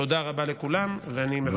תודה רבה לכולם, ואני מבקש את אישורכם.